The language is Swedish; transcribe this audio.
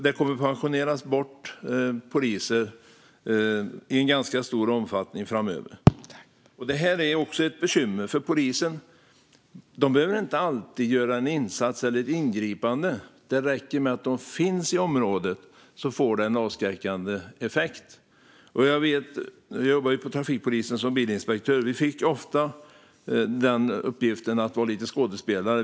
Det kommer att pensioneras bort poliser i en ganska stor omfattning framöver. Detta är ett bekymmer. Polisen behöver inte alltid göra en insats eller ett ingripande. Det räcker med att de finns i området - det får en avskräckande effekt. Jag har jobbat hos trafikpolisen som bilinspektör. Vi fick ofta uppgiften att vara lite av skådespelare.